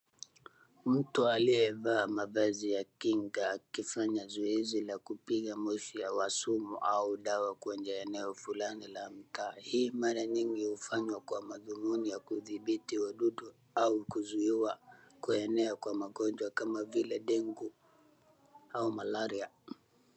Mtu aliyevaa mavazi ya kinga akifanya zoezi ya kupiga moshi, sumu ama dawa kwenye sehemu ya mtaa. Hii mara mingi hufanywa kwa madhumuni ya kudhibiti watoto au kuzuiwa kuenea kwa magonjwa kama vile ndengu au malaria.